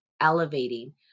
elevating